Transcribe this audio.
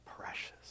precious